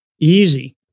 Easy